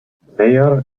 meyer